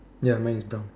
ya mine is brown